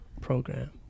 program